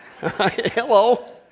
Hello